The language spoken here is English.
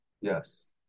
Yes